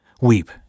Weep